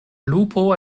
lupo